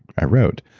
i wrote